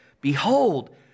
Behold